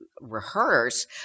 rehearse